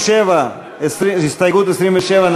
להצביע על הסתייגות 27?